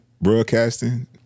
broadcasting